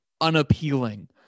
unappealing